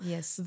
Yes